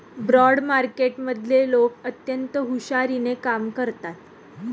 bond मार्केटमधले लोक अत्यंत हुशारीने कामं करतात